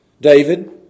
David